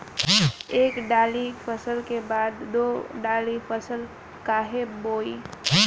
एक दाली फसल के बाद दो डाली फसल काहे बोई?